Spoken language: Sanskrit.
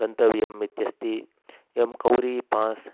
गन्तव्यम् इत्यस्ति एवं कौरीपास्